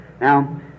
Now